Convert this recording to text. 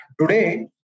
Today